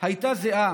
הייתה זהה